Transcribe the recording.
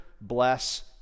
bless